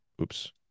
Oops